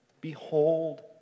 Behold